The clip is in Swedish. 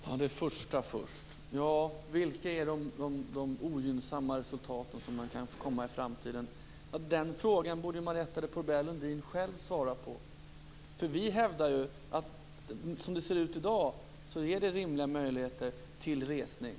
Herr talman! Jag skall först svara på frågan vilka ogynnsamma resultat som man kan få i framtiden. Den frågan borde Marietta de Pourbaix-Lundin själv svara på. Vi hävdar ju att som det ser ut i dag ges det rimliga möjligheter till resning.